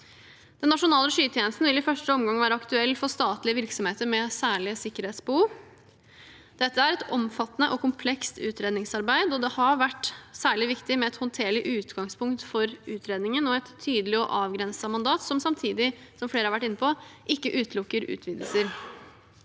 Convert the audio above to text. Den nasjonale skytjenesten vil i første omgang være aktuell for statlige virksomheter med særlige sikkerhetsbehov. Dette er et omfattende og komplekst utredningsarbeid, og det har vært særlig viktig med et håndterlig utgangspunkt for utredningen og et tydelig og avgrenset mandat som samtidig – som flere har vært inne på – ikke utelukker utvidelser.